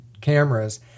cameras